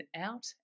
out